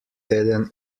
teden